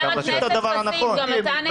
אז יש